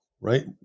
right